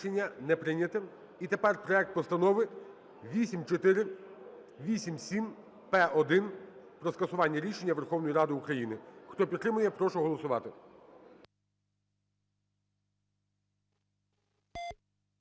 Рішення не прийнято. І тепер проект Постанови 8487-П1 про скасування рішення Верховної Ради України, хто підтримує, прошу голосувати.